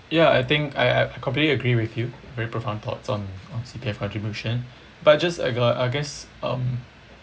ya I think I I I completely agree with you very profound thoughts on on C_P_F contribution but just I got I guess um